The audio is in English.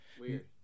Weird